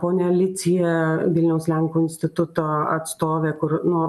ponia alicija vilniaus lenkų instituto atstovė kur nu